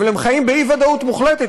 אבל הם חיים באי-ודאות מוחלטת.